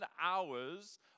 hours